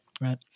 right